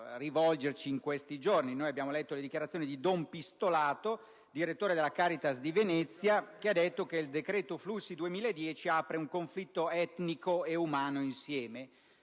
Abbiamo letto le dichiarazioni di don Pistolato, direttore della Caritas di Venezia, che ha detto che il decreto flussi 2010 apre un conflitto etnico e umano insieme.